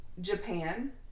Japan